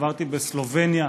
העברתי בסלובניה,